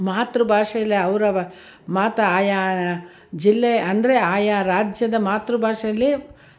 ಮಾತೃ ಭಾಷೆಲೆ ಅವರ ಮಾತೃ ಆಯಾ ಜಿಲ್ಲೆ ಅಂದರೆ ಆಯಾ ರಾಜ್ಯದ ಮಾತೃ ಭಾಷೆಲಿ